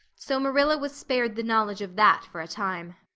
so marilla was spared the knowledge of that for a time.